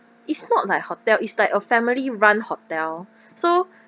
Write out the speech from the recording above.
it's not like hotel is like a family run hotel so